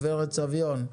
גברת סביון.